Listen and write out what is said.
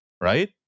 right